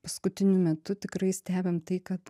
paskutiniu metu tikrai stebim tai kad